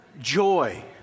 Joy